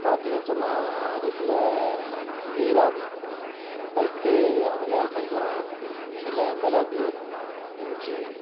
பார்த்தீங்கன்னு சொன்னால் அடுப்பில் நீராவி வைத்து அதில் கொஞ்சம் சில மிளகு இஞ்சி